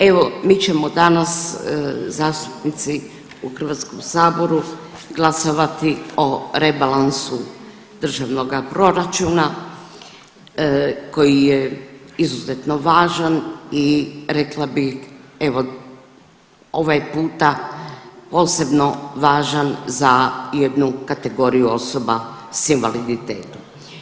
Evo mi ćemo danas, zastupnici u Hrvatskom saboru glasovati o rebalansu državnoga proračuna koji je izuzetno važan i rekla bi ovaj puta posebno važan za jednu kategoriju osoba sa invaliditetom.